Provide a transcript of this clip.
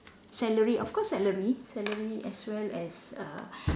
salary of course salary salary as well as uh